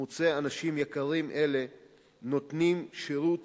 מוצא אנשים יקרים אלה נותנים שירות